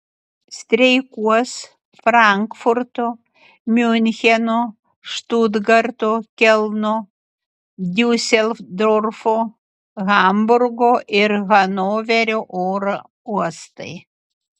streikuos frankfurto miuncheno štutgarto kelno diuseldorfo hamburgo ir hanoverio oro uostai